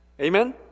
Amen